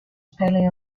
spelling